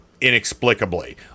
inexplicably